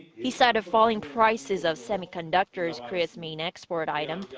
he cited falling prices of semiconductors, korea's main export item,